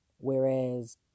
Whereas